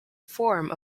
form